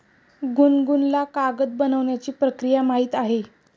गुनगुनला कागद बनवण्याची प्रक्रिया माहीत आहे